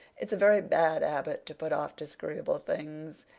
it's a very bad habit to put off disagreeable things,